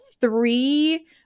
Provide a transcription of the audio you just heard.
three